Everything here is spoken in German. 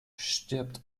stirbt